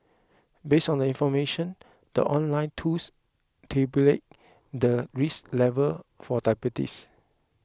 based on the information the online tools tabulates the risk level for diabetes